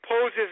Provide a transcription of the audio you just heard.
poses